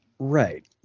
Right